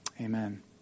Amen